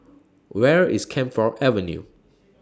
Where IS Camphor Avenue